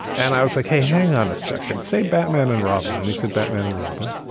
and i was like, hey, hang on a second, say batman and robin. and he said, batman and robin.